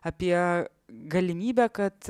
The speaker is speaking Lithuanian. apie galimybę kad